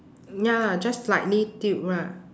ya lah just slightly tilt lah